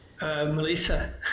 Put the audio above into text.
Melissa